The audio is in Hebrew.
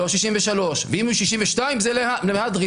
לא 63. ואם היו 62 זה למהדרין.